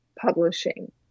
Publishing